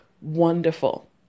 Wonderful